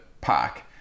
park